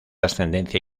ascendencia